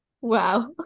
wow